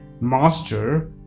Master